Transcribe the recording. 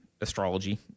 astrology